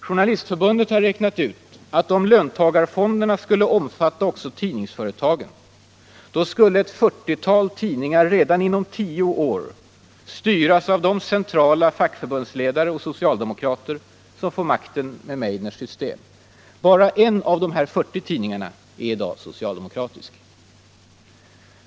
Journalistförbundet har räknat ut att om löntagarfonderna skulle omfatta också tidningsföretagen skulle ett 40-tal tidningar redan inom tio år styras av de centrala fackförbundsledare och socialdemokrater som får makten med Meidners system. Bara en av dessa 40 tidningar är i dag socialdemokratisk.